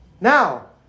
now